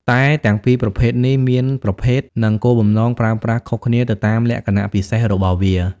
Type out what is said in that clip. តែទាំងពីរប្រភេទនេះមានប្រភេទនិងគោលបំណងប្រើប្រាស់ខុសគ្នាទៅតាមលក្ខណៈពិសេសរបស់វា។